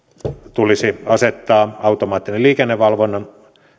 tulisi asettaa automaattisen liikennevalvonnan